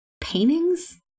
paintings